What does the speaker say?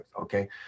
okay